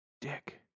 Dick